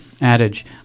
adage